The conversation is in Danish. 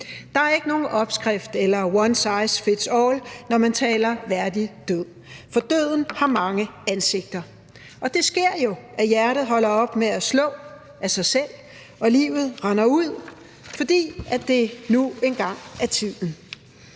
Der er ikke nogen opskrift eller one size fits all, når man taler om en værdig død, for døden har mange ansigter, og det sker jo, at hjertet holder op med at slå af sig selv og livet rinder ud, fordi det nu engang er tiden.